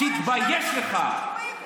תתבייש לך.